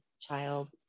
child